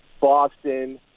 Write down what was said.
Boston